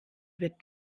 wird